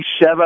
Sheva